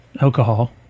alcohol